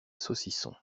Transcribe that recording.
saucisson